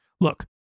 Look